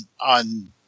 on